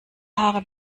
haare